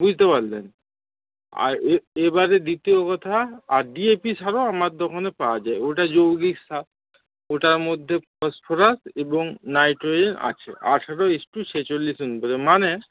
বুঝতে পারলেন আর এ এবারে দ্বিতীয় কথা আর ডিএপি সারও আমার দোকানে পাওয়া যায় ওটা যৌগিক সার ওটার মধ্যে ফসফরাস এবং নাইট্রোজেন আছে আঠেরো ইজ টু ছেচল্লিশ অনুপাতে মানে